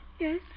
yes